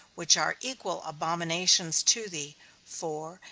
which are equal abominations to thee for,